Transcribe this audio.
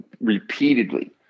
repeatedly